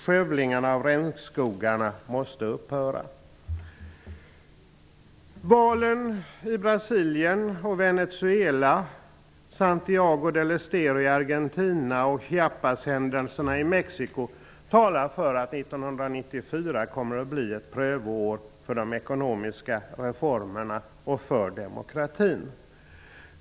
Skövlingarna av regnskogarna måste upphöra. Argentina samt Chiapashändelserna i Mexico talar för att 1994 kommer att bli ett prövoår för de ekonomiska reformerna och för demokratin.